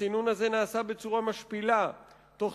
הסינון הזה נעשה בצורה משפילה תוך